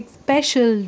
special